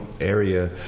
area